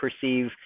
perceive